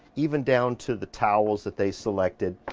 even down to the towels that they selected.